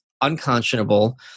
unconscionable